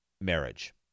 marriage